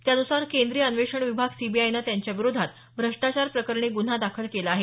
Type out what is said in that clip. त्यानुसार केंद्रीय अन्वेषण विभाग सीबीआयने त्यांच्याविरोधात भ्रष्टाचार प्रकरणी गुन्हा दाखल केला आहे